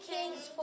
Kings